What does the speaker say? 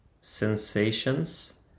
sensations